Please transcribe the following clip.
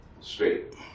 straight